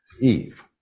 Eve